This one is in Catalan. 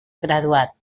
graduat